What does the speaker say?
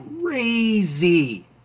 crazy